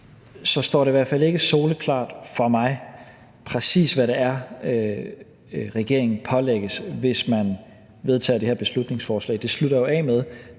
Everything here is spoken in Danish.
det gør det i hvert fald ikke for mig, præcis hvad det er, regeringen pålægges, hvis man vedtager det her beslutningsforslag. Det slutter jo af med: